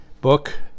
book